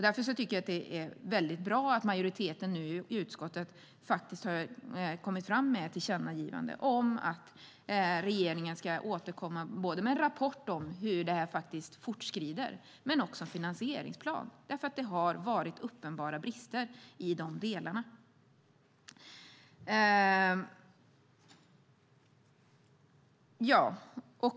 Därför tycker jag att det är väldigt bra att majoriteten i utskottet nu har kommit fram med ett tillkännagivande om att regeringen ska återkomma inte bara med en rapport om hur detta fortskrider utan också med en finansieringsplan. Det har nämligen varit uppenbara brister i dessa delar.